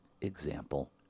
example